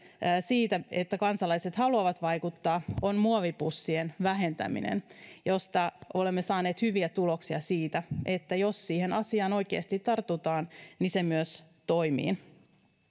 siitä että kansalaiset haluavat vaikuttaa on muovipussien vähentäminen josta olemme saaneet hyviä tuloksia siitä että jos asiaan oikeasti tartutaan se myös toimii